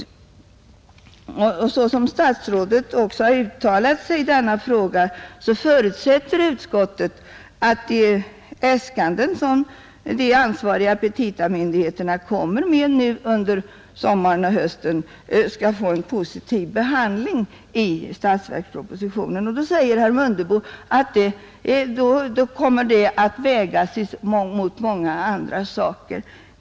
I enlighet med vad statsrådet har uttalat förutsätter utskottet att de äskanden som de ansvariga myndigheterna kommer med under sommaren och hösten skall få en positiv behandling i statsverkspropositionen. Herr Mundebo sade att dessa önskemål då kommer att vägas mot många andra saker.